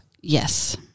Yes